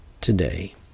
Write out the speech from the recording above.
today